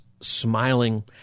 smiling